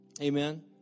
Amen